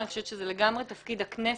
אבל אני חושבת שזה לגמרי תפקיד הכנסת.